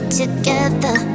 together